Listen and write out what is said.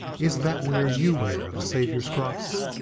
is that where you wear the saviour's cross?